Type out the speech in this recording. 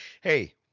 hey